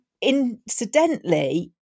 incidentally